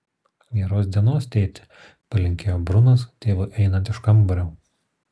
geros dienos tėti palinkėjo brunas tėvui einant iš kambario